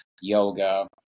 yoga